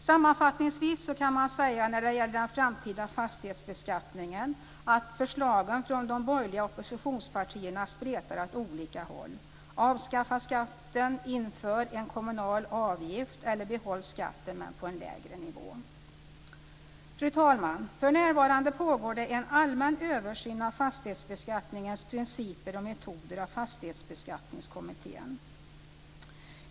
Sammanfattningsvis kan jag när det gäller den framtida fastighetsbeskattningen säga att förslagen från de borgerliga oppositionspartierna spretar åt olika håll: avskaffa skatten, inför en kommunal avgift eller behåll skatten men på en lägre nivå. Fru talman! För närvarande pågår det en allmän översyn av fastighetsbeskattningens principer och metoder av Fastighetsbeskattningskommittén.